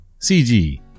CG